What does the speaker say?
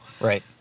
Right